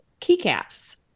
keycaps